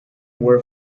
were